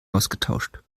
ausgetauscht